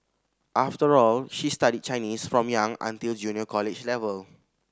after all she studied Chinese from young until junior college level